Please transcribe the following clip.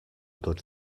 good